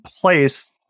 place